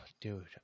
dude